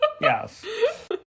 Yes